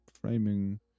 framing